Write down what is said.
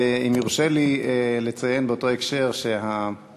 ואם יורשה לי לציין באותו הקשר שהזכות